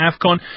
AFCON